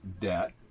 debt